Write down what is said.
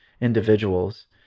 individuals